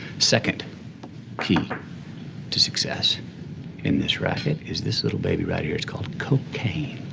second key to success in this racket is this little baby right here. it's called cocaine.